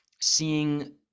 seeing